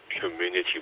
community